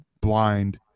blind